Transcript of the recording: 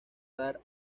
dar